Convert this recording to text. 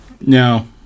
No